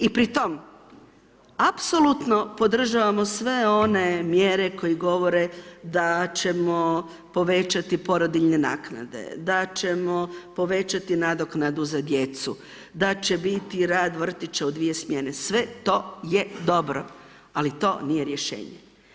I pri tome apsolutno podržavamo sve one mjere koje govore da ćemo povećati porodiljine nakane, da ćemo povećati nadoknadu za djecu, da će biti rad vrtića u 2 smjene, sve to je dobro, ali to nije rješenje.